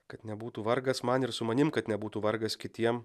kad nebūtų vargas man ir su manim kad nebūtų vargas kitiem